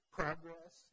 progress